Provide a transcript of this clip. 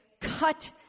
cut